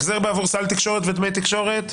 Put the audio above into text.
החזר בעבור סל תקשורת ודמי תקשורת?